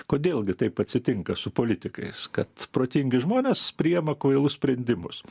kodėl gi taip atsitinka su politikais kad protingi žmonės priima kvailus sprendimus